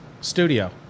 studio